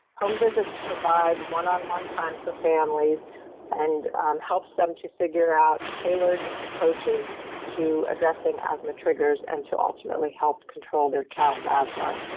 home visits provide one-on-one time for families and helps them to figure out tailored approaches to addressing asthma triggers and to ultimately help control their child's asthma.